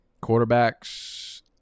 Quarterbacks